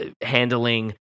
handling